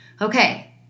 Okay